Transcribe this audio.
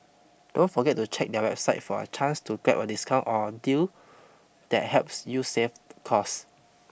don't forget to check their website for a chance to grab a discount or deal that helps you save cost